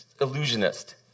illusionist